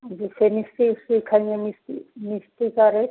अब जैसे मिक्सी ओक्सी मिक्सी मिक्सी का रेट